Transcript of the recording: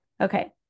Okay